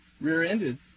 rear-ended